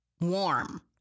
warm